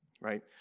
Right